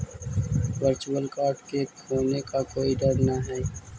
virtual card के खोने का कोई डर न हई